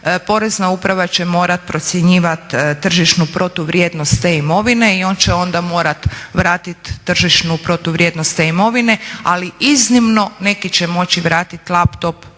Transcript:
Porezna uprava će morat procjenjivat tržišnu protuvrijednost te imovine i on će onda morat vratit tržišnu protuvrijednost te imovine, ali iznimno neki će moći vratit laptop,